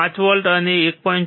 5 volt માટે હવે 1